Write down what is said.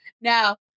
Now